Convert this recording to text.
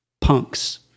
punks